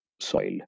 soil